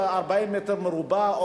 40 מטר רבוע,